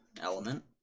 element